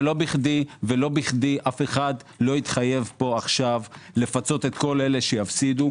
ולא בכדי אף אחד לא התחייב פה עכשיו לפצות את כל אלה שיפסידו.